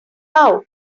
out